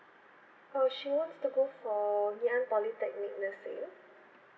oh she wants to go for ngee ann polytechnic nursing